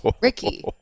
Ricky